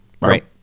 Right